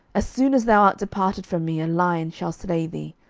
as soon as thou art departed from me, a lion shall slay thee.